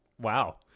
Wow